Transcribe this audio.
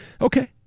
Okay